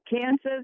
Kansas